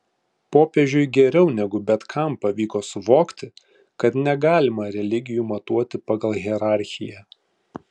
popiežiui geriau negu bet kam pavyko suvokti kad negalima religijų matuoti pagal hierarchiją